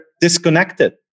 disconnected